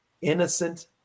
innocent